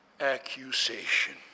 accusation